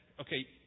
okay